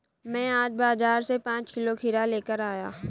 मैं आज बाजार से पांच किलो खीरा लेकर आया